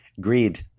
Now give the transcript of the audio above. greed